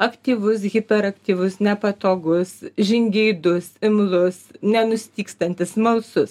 aktyvus hiperaktyvus nepatogus žingeidus imlus nenustygstantis smalsus